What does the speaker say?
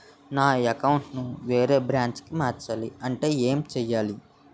నా అకౌంట్ ను వేరే బ్రాంచ్ కి మార్చాలి అంటే ఎం చేయాలి?